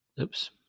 oops